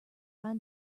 find